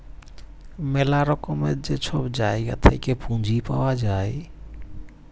ম্যালা রকমের যে ছব জায়গা থ্যাইকে পুঁজি পাউয়া যায়